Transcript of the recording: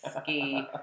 ski